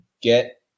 get